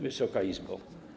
Wysoka Izbo!